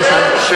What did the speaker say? לא, לא שמעתי.